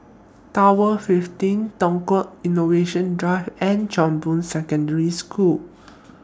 Tower fifteen Tukang Innovation Drive and Chong Boon Secondary School